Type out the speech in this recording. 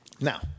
Now